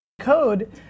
code